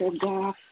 God